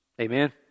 Amen